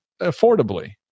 affordably